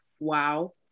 wow